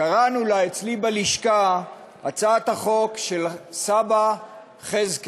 קראנו לה אצלי בלשכה: "הצעת החוק של סבא חזקאל"